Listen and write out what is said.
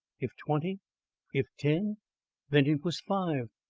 if twenty if ten then it was five!